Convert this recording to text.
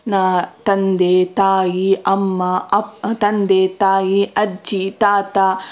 ನಾ ತಂದೆ ತಾಯಿ ಅಮ್ಮ ಅಪ್ಪ ತಂದೆ ತಾಯಿ ಅಜ್ಜಿ ತಾತ